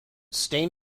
stain